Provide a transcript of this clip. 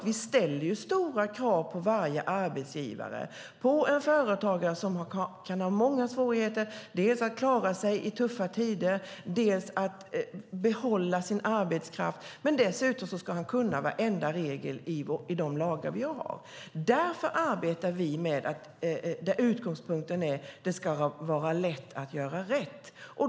Vi ställer stora krav på arbetsgivare och företagare som kan ha många svårigheter dels att klara sig i tuffa tider, dels att behålla sin arbetskraft. Dessutom ska de kunna varenda regel i de lagar vi har. Vi arbetar därför med utgångspunkten att det ska vara lätt att göra rätt.